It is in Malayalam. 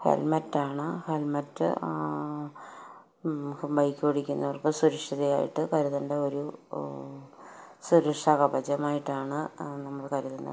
ഹെൽമെറ്റാണ് ഹെൽമറ്റ് ബൈക്ക് ഓടിക്കുന്നവർക്ക് സുരക്ഷിതമായിട്ട് കരുതേണ്ട ഒരു സുരക്ഷാകവചമായിട്ടാണ് നമ്മള് കരുതുന്നത്